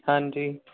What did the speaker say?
ਹਾਂਜੀ